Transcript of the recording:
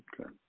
Okay